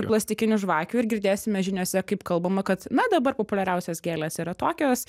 plastikinių žvakių ir girdėsime žiniose kaip kalbama kad na dabar populiariausios gėlės yra tokios